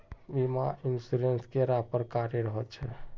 बीमा इंश्योरेंस कैडा प्रकारेर रेर होचे